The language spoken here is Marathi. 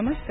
नमस्कार